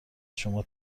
شما